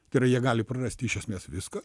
tai yra jie gali prarasti iš esmės viską